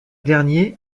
dernier